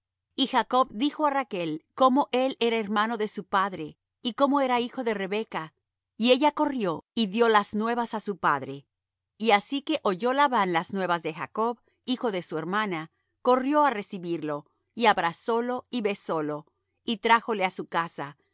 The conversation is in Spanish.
y jacob dijo á rachl como él era hermano de su padre y como era hijo de rebeca y ella corrió y dió las nuevas á su padre y así que oyó labán las nuevas de jacob hijo de su hermana corrió á recibirlo y abrazólo y besólo y trájole á su casa y